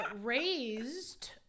raised